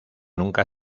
nunca